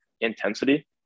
intensity